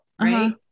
Right